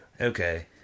Okay